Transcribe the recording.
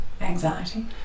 anxiety